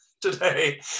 today